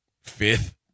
fifth